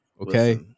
Okay